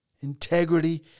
Integrity